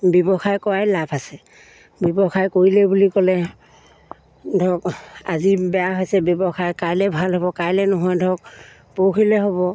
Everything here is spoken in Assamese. ব্যৱসায় কৰাই লাভ আছে ব্যৱসায় কৰিলে বুলি ক'লে ধৰক আজি বেয়া হৈছে ব্যৱসায় কাইলৈ ভাল হ'ব কাইলৈ নহয় ধৰক পৰহিলৈ হ'ব